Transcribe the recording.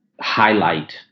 highlight